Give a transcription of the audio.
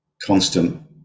constant